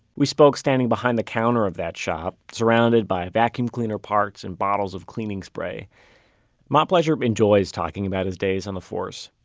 we spoke standing behind the counter of that shop, surrounded by vacuum cleaner parts and bottles of cleaning spray montplaisir enjoys talking about his days on the force.